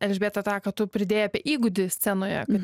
elžbieta tą ką tu pridėjai apie įgūdį scenoje kad